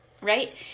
right